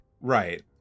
Right